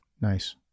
Nice